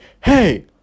hey